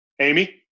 Amy